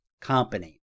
company